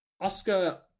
Oscar